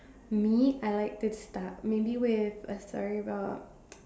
me I like to start maybe where a story about